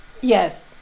Yes